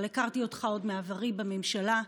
אבל הכרתי אותך עוד מעברי בממשלה.